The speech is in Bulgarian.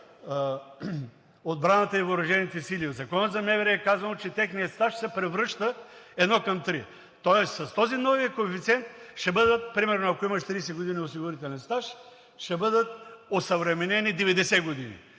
отбраната и въоръжените сили, в Закона за МВР е казано, че техният стаж се превръща 1 към 3. Тоест с този, новия коефициент, ще бъдат, примерно, ако имаш 30 години осигурителен стаж, ще бъдат осъвременени 90 години.